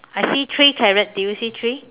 I see three carrot do you see three